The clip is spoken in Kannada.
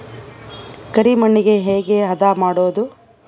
ಕರಿ ಮಣ್ಣಗೆ ಹೇಗೆ ಹದಾ ಮಾಡುದು?